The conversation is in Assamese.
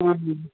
অঁ